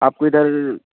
آپ کو ادھر